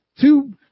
two